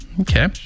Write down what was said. Okay